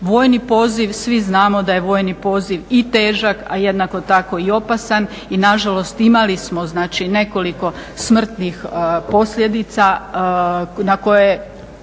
Vojni poziv, svi znamo da je vojni poziv i težak a jednako tako i opasan. I nažalost imali smo znači nekoliko smrtnih posljedica na koje